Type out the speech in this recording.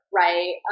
right